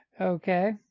okay